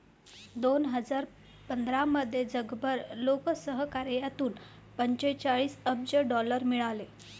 दोन हजार पंधरामध्ये जगभर लोकसहकार्यातून पंचेचाळीस अब्ज डॉलर मिळाले